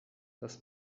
das